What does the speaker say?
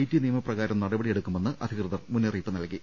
T നിയമപ്ര കാരം നടപടിയെടുക്കുമെന്ന് അധികൃതർ മുന്നറിയിപ്പ് നൽകി